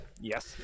Yes